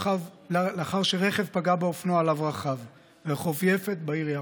לאחר שרכב פגע באופנוע שעליו רכב ברחוב יפת בעיר יפו.